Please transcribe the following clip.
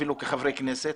אפילו כחברי כנסת,